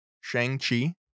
Shang-Chi